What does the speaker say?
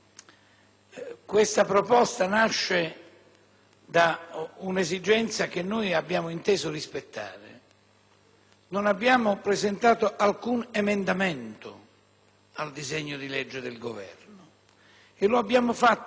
Non abbiamo presentato alcun emendamento al disegno di legge del Governo e lo abbiamo fatto scientemente, proprio perché comprendevamo che il Parlamento dovesse assumersi la responsabilità